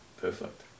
perfect